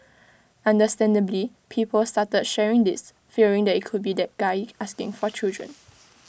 understandably people started sharing this fearing that IT could be that guy asking for children